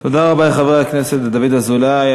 תודה רבה לחבר הכנסת דוד אזולאי.